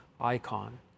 icon